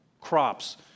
crops